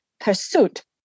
pursuit